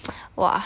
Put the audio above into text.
!wah!